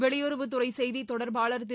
வெளியுறவுத்துறை செய்தித் தொடர்பாளர் திரு